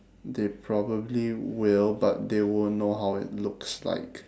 they probably will but they won't know how it looks like